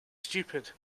stupid